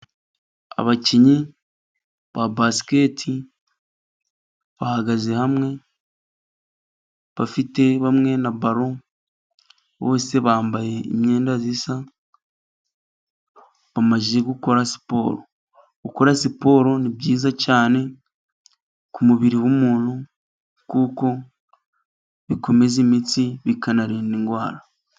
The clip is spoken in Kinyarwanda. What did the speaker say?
Abakinnyi ba basiketi bahagaze hamwe, bafite bamwe na balo, bose bambaye imyenda isa, bamaze gukora siporo. Gukora siporo ni byiza cyane ku mubiri w'umuntu kuko bikomeza imitsi, bikanarinda indwara.